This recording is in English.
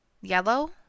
Yellow